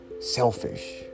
selfish